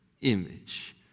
image